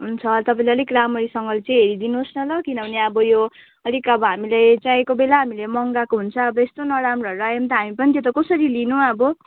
हुन्छ तपाईँले अलिक राम्ररीसँगले चाहिँ हेरिदिनुहोस् न ल किनभने अब यो अलिक अब हामीले चाहिएको बेला हामीले मगाएको हुन्छ अब यस्तो नराम्रोहरू आयो भने त हामी पनि त्यो त कसरी लिनु अब